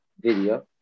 video